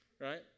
right